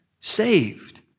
saved